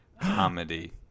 comedy